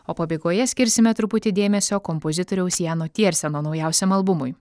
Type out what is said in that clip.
o pabaigoje skirsime truputį dėmesio kompozitoriaus jano tierseno naujausiam albumui